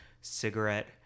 cigarette